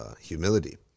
Humility